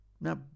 Now